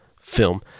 film